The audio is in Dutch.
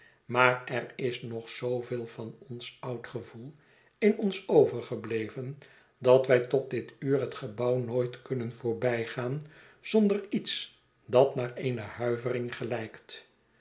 maar er is nog zooveel van ons oud gevoel in ons overgebleven dat wij tot dit uur het gebouw nooit kunnen voorbijgaan zonder lets dat naar eene huivering gelijkt